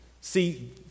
See